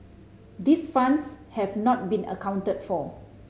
these funds have not been accounted for